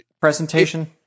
presentation